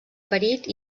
ferit